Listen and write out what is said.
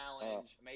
Challenge